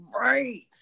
right